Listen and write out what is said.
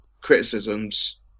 criticisms